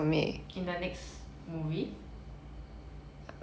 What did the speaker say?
in the next movie